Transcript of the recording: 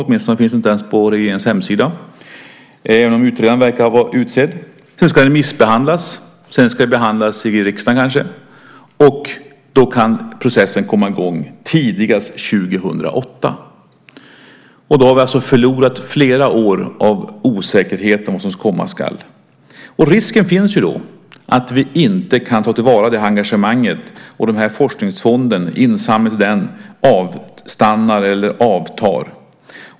Åtminstone finns den ännu inte på regeringens hemsida, även om utredaren verkar vara utsedd. Sedan ska den remissbehandlas och kanske behandlas i riksdagen. Då kan processen komma i gång tidigast år 2008. Vi har då förlorat flera år av osäkerhet om vad som komma ska. Risken finns att vi då inte kan ta till vara det engagemang som finns och att insamlingen till forskningsfonden avstannar eller avtar.